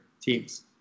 teams